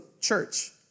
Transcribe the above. church